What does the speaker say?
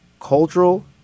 cultural